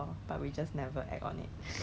I will I will not buy Dettol from